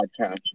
podcast